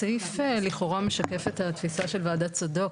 הסעיף לכאורה משקף את התפיסה של ועדת צדוק,